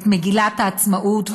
את מגילת העצמאות,